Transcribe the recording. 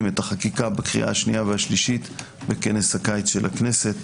את החקיקה בקריאה השנייה והשלישית בכנס הקיץ של הכנסת.